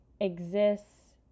exists